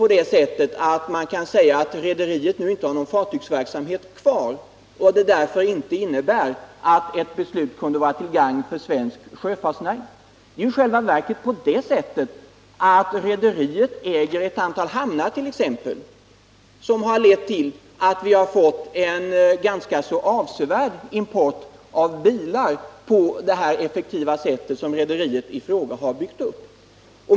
Vidare kan man inte hävda att rederiet inte har någon fartygsverksamhet kvar och att ett beslut om tillstånd till försäljning därför inte skulle vara till gagn för svensk sjöfartsnäring. Det är i själva verket så att rederiet äger ett antal hamnar, och rederiet har byggt upp dessa på ett så effektivt sätt att vi genom dem fått en rationell hantering av importerade bilar. Herr talman!